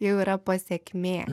jau yra pasekmė